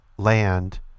Land